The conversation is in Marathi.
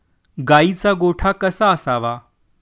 गाईचा गोठा कसा असावा?